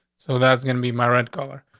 so that's gonna be my red color.